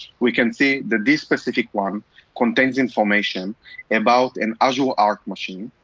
we can see that this specific one contains information about an azure arc machine,